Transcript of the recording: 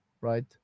right